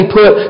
put